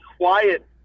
quiet